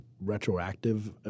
retroactive